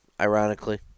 ironically